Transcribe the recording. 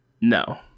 No